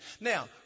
Now